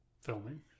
filming